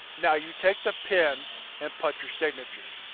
now you take the pen and put your signature,